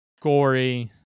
gory